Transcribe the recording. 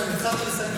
הוא לקח את זה מאוד